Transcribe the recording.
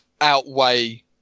outweigh